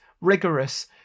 rigorous